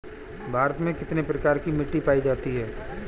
भारत में कितने प्रकार की मिट्टी पाई जाती है?